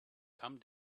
come